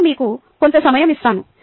నేను మీకు కొంత సమయం ఇస్తాను